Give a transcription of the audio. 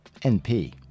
np